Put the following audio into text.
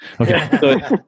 Okay